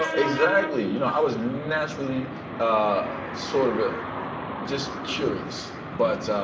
um exactly, you know i was naturally sort of ah just curious. but.